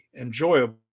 enjoyable